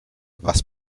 was